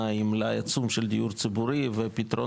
עם מלאי עצום של דיור ציבורי ופתרונות,